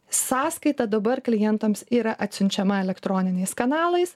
sąskaita dabar klientams yra atsiunčiama elektroniniais kanalais